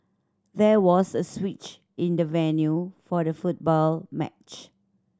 there was a switch in the venue for the football match